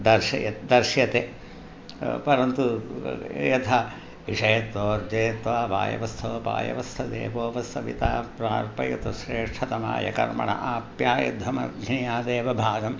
दर्शयत् दर्शयते परन्तु यथा इषे त्वोर्जे त्वा वायव स्थ देवो वः सविता प्रार्पयतु श्रेष्ठतमाय कर्मण आप्यायध्वमघ्न्यादेवभागम्